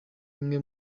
imwe